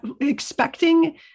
expecting